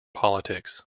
politics